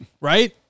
Right